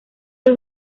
dos